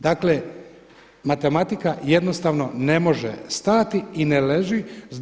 Dakle, matematika jednostavno ne može stajati i ne leži.